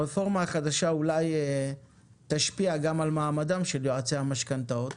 הרפורמה החדשה אולי תשפיע גם על מעמדם של יועצי המשכנתאות